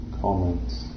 comments